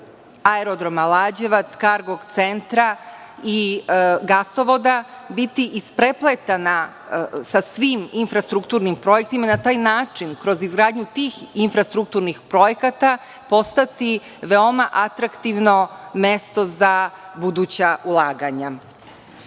aerodroma Lađevaca, kargo centra, i gasovoda biti isprepletana sa svim infrastrukturnim projektima i na taj način kroz izgradnju tih infrastrukturnih projekata postati veoma atraktivno mesto za buduća ulaganja. Takođe,